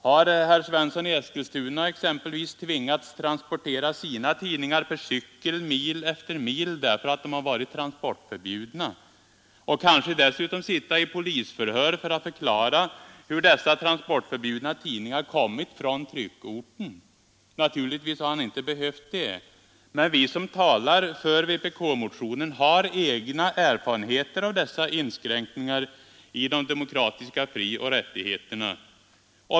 Har herr Svensson i Eskilstuna exempelvis tvingats transportera sina tidningar per cykel mil efter mil därför att de har varit transportförbjudna eller suttit i polisförhör för att förklara hur dessa transportförbjudna tidningar kommit från tryckorten? Naturligtvis har han inte behövt göra det. Vi som talar för vpk-motionen har egna erfarenheter av dessa inskränkningar i de demokratiska frioch rättigheterna.